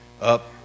up